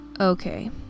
Okay